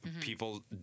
people